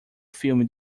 filme